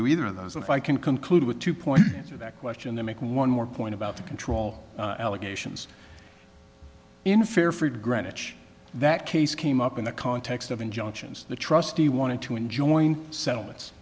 do either of those if i can conclude with two point to that question then make one more point about the control allegations in fairfield greenwich that case came up in the context of injunctions the trustee wanted to enjoin settlements